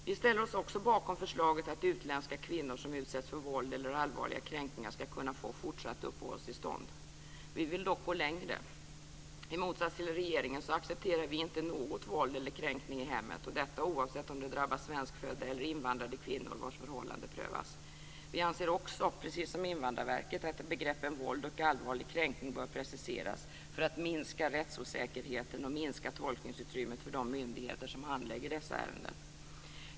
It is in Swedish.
Vi ställer oss också bakom förslaget att utländska kvinnor som utsätts för våld eller allvarliga kränkningar ska kunna få fortsatt uppehållstillstånd. Vi vill dock gå längre. I motsats till regeringen accepterar vi inte något våld eller någon kränkning i hemmet, och detta oavsett om det drabbar svenskfödda eller invandrade kvinnor vars förhållande prövas. Vi anser också, precis som Invandrarverket, att begreppen våld och allvarlig kränkning bör preciseras för att minska rättsosäkerheten och minska tolkningsutrymmet för de myndigheter som handlägger dessa ärenden.